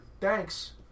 Thanks